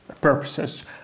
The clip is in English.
purposes